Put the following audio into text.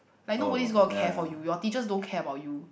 like nobody is gonna care for you your teachers don't care about you